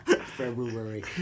February